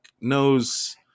knows